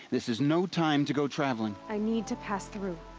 this is no time to go travelling. i need to pass through.